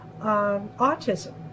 autism